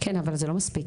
כן, אבל זה לא מספיק.